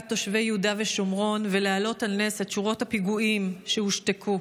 תושבי יהודה ושומרון ולהעלות על נס את שורות הפיגועים שהושתקו.